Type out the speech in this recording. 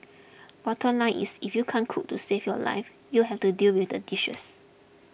bottom line is if you can't cook to save your life you'll have to deal with the dishes